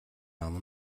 нам